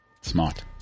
smart